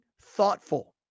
thoughtful